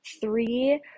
three